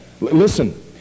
Listen